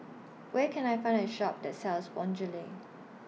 Where Can I Find A Shop that sells Bonjela